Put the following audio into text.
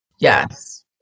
Yes